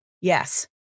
Yes